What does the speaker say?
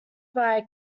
via